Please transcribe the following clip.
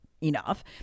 enough